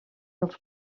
dels